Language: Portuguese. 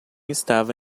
estava